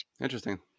Interesting